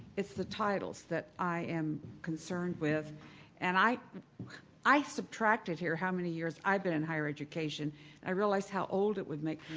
it's the titles that i am concerned with and i i subtracted here how many years i've been in higher education and i realized how old it would make